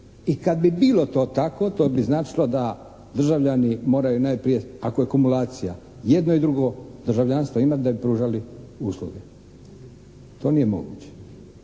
i kad bi bilo to tako to bi značilo da državljani moraju najprije ako je kumulacija jedno i drugo državljanstvo imati da bi pružali usluge. To nije moguće.